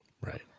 right